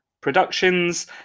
productions